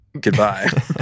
Goodbye